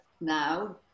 now